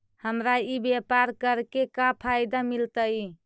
हमरा ई व्यापार करके का फायदा मिलतइ?